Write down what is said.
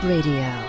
Radio